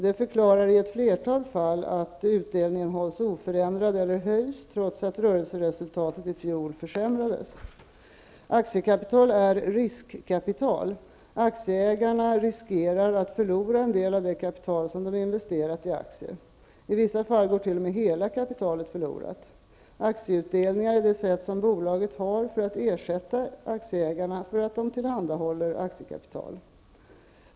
Det förklarar i ett flertal fall att utdelningen hålls oförändrad eller höjs trots att rörelseresultatet i fjol försämrades. Aktiekapital är riskkapital — aktieägare riskerar att förlora en del av det kapital som de investerat i aktier. I vissa fall går t.o.m. hela kapitalet förlorat. Aktieutdelningar är det sätt som bolaget har för att ersätta aktieägarna för att de tillhandahåller aktiekapital.